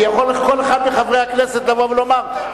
כי יכול כל אחד מחברי הכנסת לבוא ולומר,